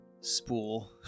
spool